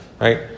right